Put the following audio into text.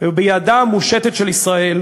ובידה המושטת של ישראל,